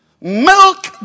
Milk